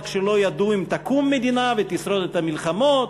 כשלא ידעו אם תקום מדינה ותשרוד את המלחמות,